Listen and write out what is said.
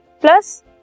plus